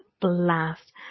blast